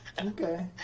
Okay